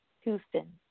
Houston